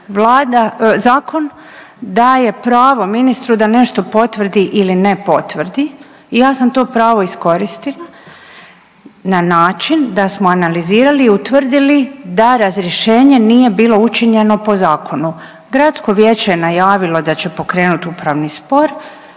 zakon daje pravo ministru da nešto potvrdi ili ne potvrdi i ja sam to pravo iskoristila na način da smo analizirali i utvrdili da razrješenje nije bilo učinjeno po zakonu. Gradsko vijeće je najavilo da će pokrenuti upravi spor